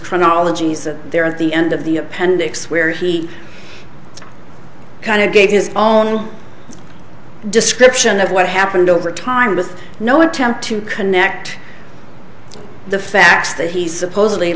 chronologies and there at the end of the appendix where he kind of gave his own description of what happened over time with no attempt to connect the facts that he supposedly